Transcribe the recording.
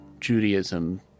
Judaism